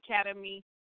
Academy